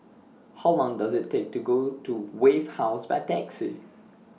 How Long Does IT Take to Go to Wave House By Taxi